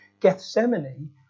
Gethsemane